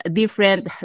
different